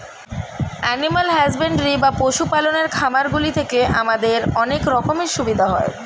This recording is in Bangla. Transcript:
এনিম্যাল হাসব্যান্ডরি বা পশু পালনের খামারগুলি থেকে আমাদের অনেক রকমের সুবিধা হয়